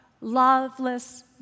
loveless